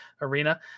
arena